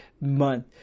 month